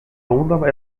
onda